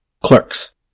Clerks